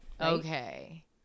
okay